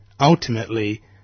ultimately